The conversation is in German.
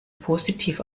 positiv